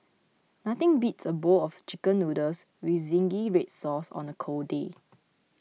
nothing beats a bowl of Chicken Noodles with Zingy Red Sauce on a cold day